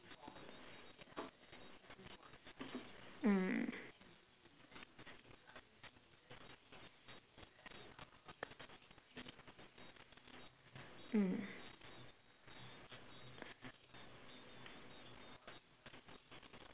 mm mm